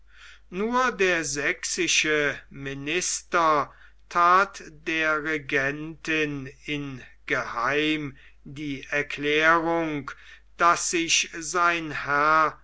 nur der sächsische minister that der regentin ingeheim die erklärung daß sich sein herr